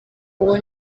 uwo